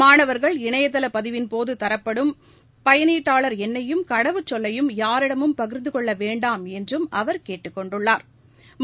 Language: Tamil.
மாணவர்கள் இணையதள பதிவின்போது தரப்படும் பயனீட்டாளர் எண்ணையும் கடவுச் சொல்லையும் யாரிடமும் பகிா்ந்து கொள்ள வேண்டாம் என்றும் அவர் கேட்டுக் கொண்டுள்ளாா்